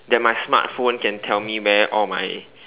that my smartphone can tell me where all my